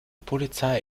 polizei